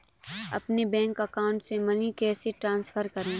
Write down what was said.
अपने bank account से money कैसे ट्रांसफर करें?